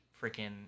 freaking